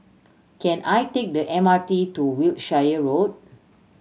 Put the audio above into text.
can I take the M R T to Wiltshire Road